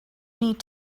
need